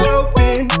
open